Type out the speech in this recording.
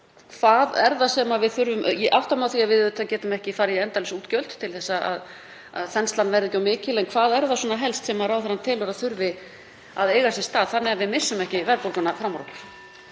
hvað er það sem við þurfum? Ég átta mig á því að við getum auðvitað ekki farið í endalaus útgjöld til að þenslan verði ekki of mikil en hvað er það helst sem ráðherrann telur að þurfi að eiga sér stað þannig að við missum ekki verðbólguna fram